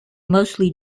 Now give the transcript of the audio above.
mostly